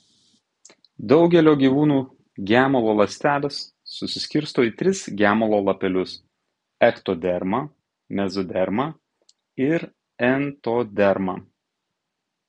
daugelio gyvūnų gemalo ląstelės susiskirsto į tris gemalo lapelius ektodermą mezodermą ir entodermą